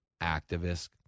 activist